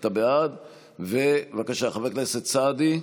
אתה בעד, בבקשה, חבר הכנסת סעדי,